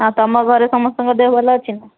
ଆଉ ତୁମ ଘରେ ସମସ୍ତଙ୍କ ଦେହ ଭଲ ଅଛି ନା